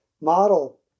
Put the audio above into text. model